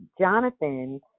Jonathan